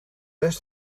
rest